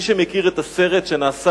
מי שמכיר את הסרט שנעשה